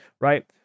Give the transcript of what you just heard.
right